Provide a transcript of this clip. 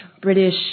British